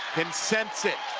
can sense it